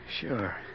Sure